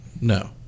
No